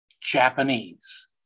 Japanese